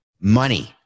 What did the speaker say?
money